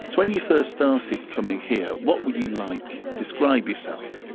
when you first started coming here, what were you like describe yourself?